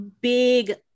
big